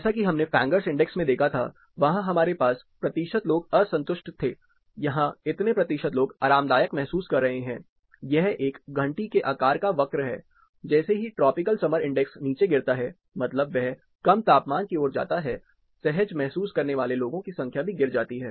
जैसा कि हमने फैंगर्स इंडेक्स में देखा था वहां हमारे पास प्रतिशत लोग असंतुष्ट थे यहाँ इतने प्रतिशत लोग आरामदायक महसूस कर रहे हैं यह एक घंटी के आकार का वक्र है जैसे ही ट्रॉपिकल समर इंडेक्स नीचे गिरता है मतलब वह कम तापमान की ओर जाता है सहज महसूस करने वाले लोगों की संख्या भी गिर जाती है